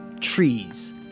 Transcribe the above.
trees